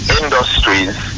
industries